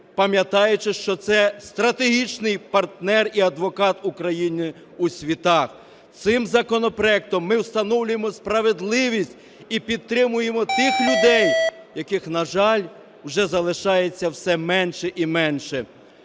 пам'ятаючи, що це стратегічний партнер і адвокат України у світах. Цим законопроектом ми встановлюємо справедливість і підтримуємо тих людей, яких, на жаль, вже залишається все менше і менше.